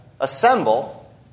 assemble